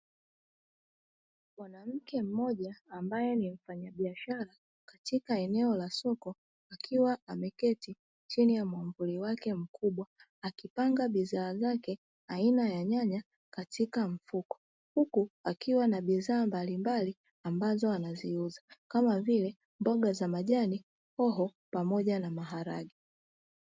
Mwanamke mmoja ambaye ni mfanyabiashara katika eneo la soka akiwa ameketi chini ya mwamvuli wake mkubwa. Akipanga bidhaa zake aina ya nyanya katika mfuko huku akiwa na bidhaa mbalimbali, ambazo wanaziuza kama vile mboga za majani hoho, pamoja na maharage.